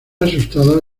asustada